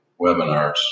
webinars